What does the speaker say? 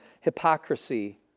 hypocrisy